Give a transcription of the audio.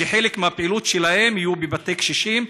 שחלק מהפעילות שלהם תהיה בבתי קשישים.